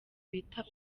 bita